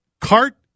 cart